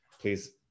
please